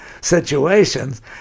situations